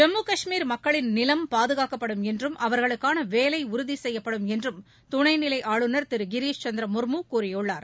ஜம்மு காஷ்மீர் மக்களின் நிலம் பாதுகாக்கப்படும் என்றும் அவர்களுக்கான வேலை உறுதி செய்யப்படும் என்றும் துணைநிலை ஆளுநர் திரு கிரீஷ் சந்திர முர்மு கூறியுள்ளார்